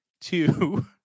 two